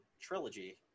trilogy